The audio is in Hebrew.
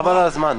חבל על הזמן.